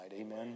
Amen